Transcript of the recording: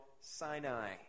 Sinai